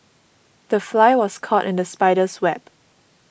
the fly was caught in the spider's web